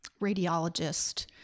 radiologist